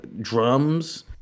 drums